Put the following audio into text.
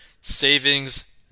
Savings